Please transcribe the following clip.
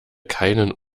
keinen